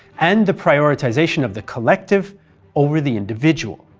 and the prioritization of the collective over the individual.